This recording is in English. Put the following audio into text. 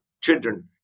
children